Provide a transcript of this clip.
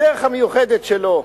בדרך המיוחדת שלו.